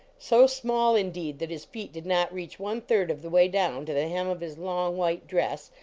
so small, indeed, that his feet did not reach one-third of the way down to the hem of his long white dress,